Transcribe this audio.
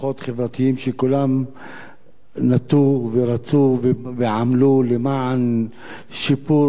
שכולם נטו ורצו ועמלו למען שיפור מצבו של